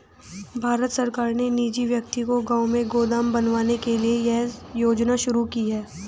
भारत सरकार ने निजी व्यक्ति को गांव में गोदाम बनवाने के लिए यह योजना शुरू की है